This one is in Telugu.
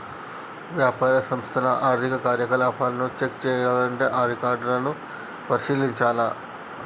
వ్యాపార సంస్థల ఆర్థిక కార్యకలాపాలను చెక్ చేయాల్లంటే రికార్డులను పరిశీలించాల్ల